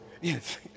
Yes